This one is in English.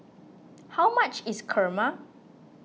how much is Kurma